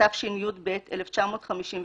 התשי"ב-1952,